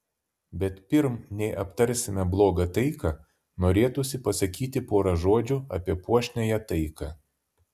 bet pirm nei aptarsime blogą taiką norėtųsi pasakyti porą žodžių apie puošniąją taiką